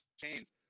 Chains